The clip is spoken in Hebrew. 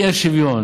האי-שוויון